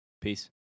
Peace